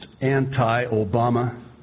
anti-Obama